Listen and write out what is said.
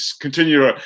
continue